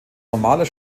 normaler